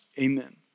Amen